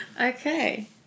Okay